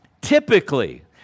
Typically